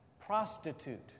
prostitute